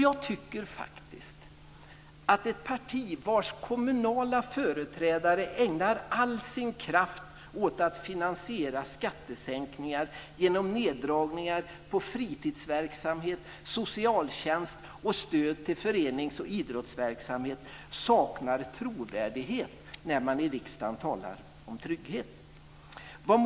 Jag tycker faktiskt att ett parti vars kommunala företrädare ägnar all sin kraft åt att finansiera skattesänkningar genom neddragningar på fritidsverksamhet, socialtjänst och stöd till förenings och idrottsverksamhet saknar trovärdighet när man talar om trygghet i riksdagen.